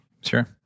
sure